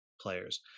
players